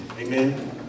Amen